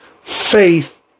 Faith